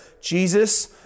Jesus